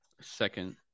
second